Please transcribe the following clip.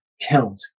killed